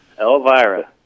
Elvira